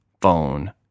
phone